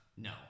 No